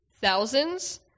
thousands